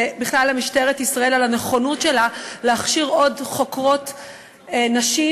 ובכלל למשטרת ישראל על הנכונות שלה להכשיר עוד חוקרות נשים.